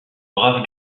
brave